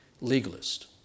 Legalist